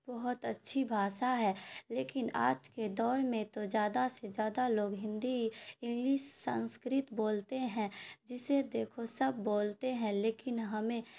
بہت اچھی بھاشا ہے لیکن آج کے دور میں تو زیادہ سے زیادہ لوگ ہندی انگلس سنسکرت بولتے ہیں جسے دیکھو سب بولتے ہیں لیکن ہمیں